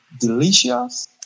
delicious